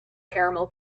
caramel